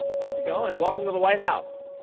how's it going? welcome to the white house.